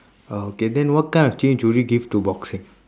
ah okay then what kind of change will you give to boxing